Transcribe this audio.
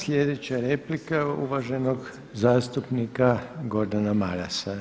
Sljedeća replika je uvaženog zastupnika Gordana Marasa.